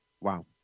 Wow